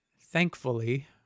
thankfully